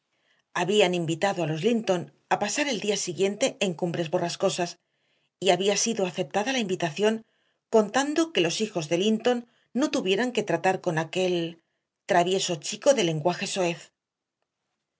habían invitado a los linton a pasar el siguiente día en cumbres borrascosas y había sido aceptada la invitación contando que los hijos de linton no tuvieran que tratar con aquel travieso chico de lenguaje soez